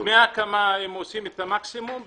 בדמי ההקמה הם עושים את המקסימום,